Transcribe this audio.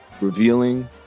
revealing